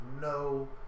no